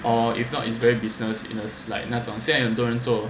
or if not it's very business in a slight 那种现在很多人做